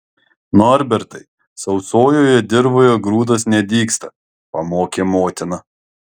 norbertai sausojoje dirvoje grūdas nedygsta pamokė motina